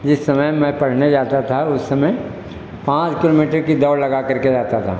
जिस समय मैं पढ़ने जाता था उस समय पाँच किलोमीटर की दौड़ लगा करके जाता था